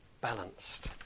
balanced